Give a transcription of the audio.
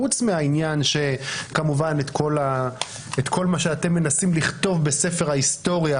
חוץ מהעניין שכמובן את כל מה שאתם מנסים לכתוב בספר ההיסטוריה,